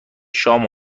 شام